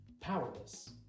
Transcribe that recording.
powerless